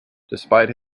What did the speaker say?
despite